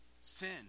sin